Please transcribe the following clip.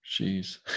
Jeez